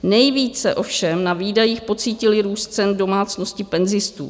Nejvíce ovšem na výdajích pocítily růst cen domácnosti penzistů.